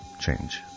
change